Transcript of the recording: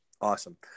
Awesome